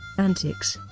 antics.